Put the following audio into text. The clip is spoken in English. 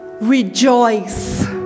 rejoice